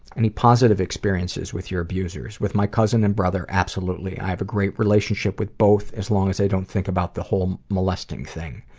any positive experiences with your abusers? with my cousin and brother, absolutely. i have a great relationship with both, as long as i don't think about the whole molesting thing.